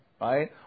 right